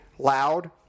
loud